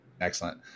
excellent